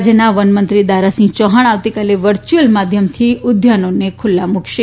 રાજ્યના વનમંત્રી દારાસિંહ ચૌહાણે આવતીકાલે વર્ચ્યુઅલ માધ્યમથી ઉદ્યાનોને ખુલ્લા મુકશે